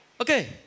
Okay